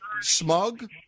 smug